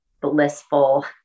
blissful